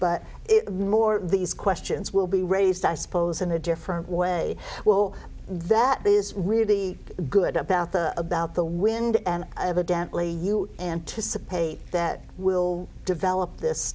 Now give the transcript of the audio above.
but it more these questions will be raised i suppose in a different way well that is really good about the about the wind and evidently you anticipate that we'll develop this